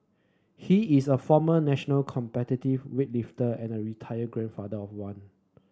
he is a former national competitive weightlifter and a retired grandfather of one